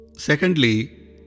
Secondly